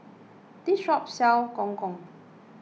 this shop sells Gong Gong